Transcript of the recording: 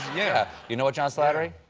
yeah you know what john slattery?